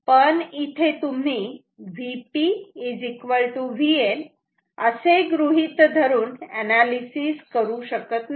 पण इथे तुम्ही Vp Vn असे गृहीत धरून अनालिसिस करू शकत नाही